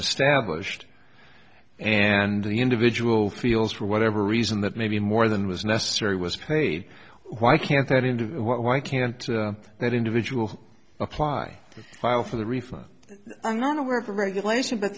established and the individual feels for whatever reason that maybe more than was necessary was paid why can't that individual why can't that individual apply to file for the refund i'm not aware of a regulation